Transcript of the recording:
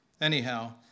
Anyhow